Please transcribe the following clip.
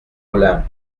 olympe